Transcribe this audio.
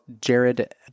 Jared